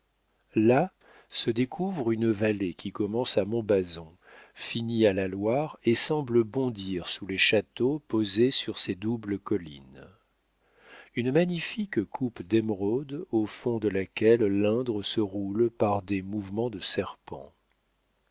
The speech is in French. là se découvre une vallée qui commence à montbazon finit à la loire et semble bondir sous les châteaux posés sur ces doubles collines une magnifique coupe d'émeraude au fond de laquelle l'indre se roule par des mouvements de serpent